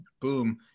boom